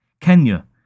Kenya